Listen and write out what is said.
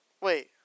Wait